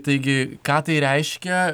taigi ką tai reiškia